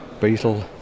Beetle